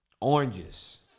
oranges